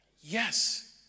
Yes